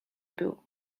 był